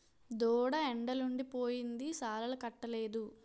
దూడ ఎండలుండి పోయింది సాలాలకట్టలేదు